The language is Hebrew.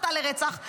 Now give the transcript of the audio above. הסתה לרצח,